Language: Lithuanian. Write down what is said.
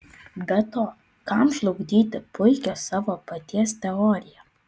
be to kam žlugdyti puikią savo paties teoriją